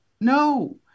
No